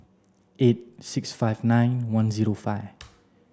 eight six five nine one zero five